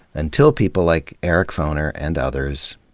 until people like eric foner and others,